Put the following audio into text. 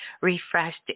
refreshed